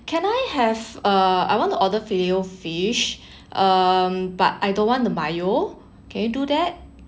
can I have uh I want to order fillet O fish um but I don't want the mayo can you do that